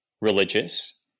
religious